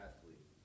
athlete